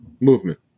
movement